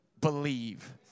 Believe